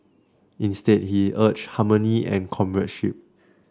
instead he urged harmony and comradeship